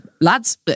lads